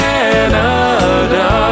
Canada